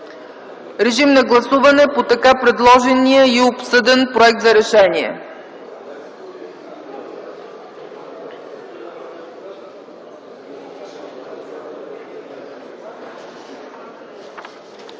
Режим на гласуване по така предложения и обсъден Проект за решение.